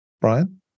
Brian